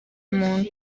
muntu